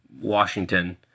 Washington